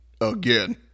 again